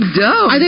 dope